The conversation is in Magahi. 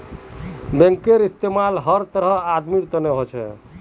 बैंकेर इस्तमाल हर तरहर आदमीर तने हो छेक